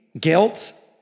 guilt